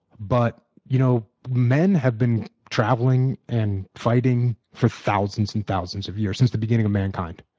but you know men have been traveling and fighting for thousands and thousands of years, since the beginning of mankind.